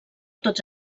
tots